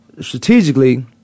strategically